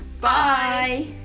Bye